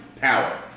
power